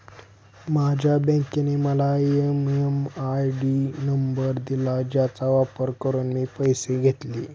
माझ्या बँकेने मला एम.एम.आय.डी नंबर दिला ज्याचा वापर करून मी पैसे घेतले